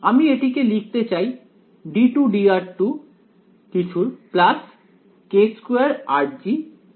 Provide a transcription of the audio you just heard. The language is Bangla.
আমি এটিকে লিখতে চাই d2dr2 k2rG 0 এরকম ভাবে